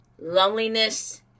loneliness